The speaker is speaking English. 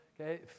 okay